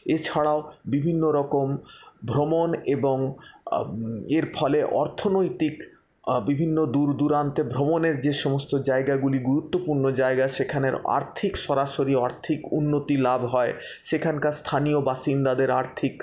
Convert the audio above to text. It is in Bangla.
এছাড়াও বিভিন্নরকম ভ্রমণ এবং এর ফলে অর্থনৈতিক বিভিন্ন দূর দূরান্তে ভ্রমণের যে সমস্ত জায়গাগুলি গুরুত্বপূর্ণ জায়গা সেখানের আর্থিক সরাসরি আর্থিক উন্নতি লাভ হয় সেখানকার স্থানীয় বাসিন্দাদের আর্থিক